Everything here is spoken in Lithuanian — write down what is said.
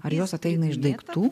ar jos ateina iš daiktų